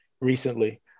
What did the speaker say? recently